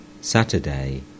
Saturday